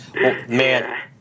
man